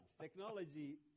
Technology